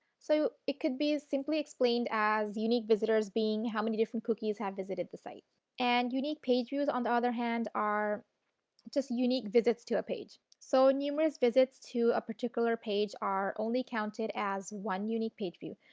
so, it could be simply explained as unique visitors being how many different cookies have visited the site. and unique page views on the other hand are just unique visits to a page. so, numerous visits to a particular page are only counted as one unique page view.